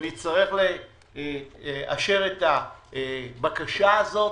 נצטרך לאשר את הבקשה הזאת.